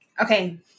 Okay